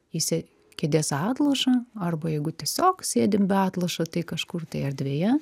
į sė kėdės atlošą arba jeigu tiesiog sėdim be atlošo tai kažkur tai erdvėje